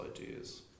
ideas